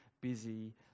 busy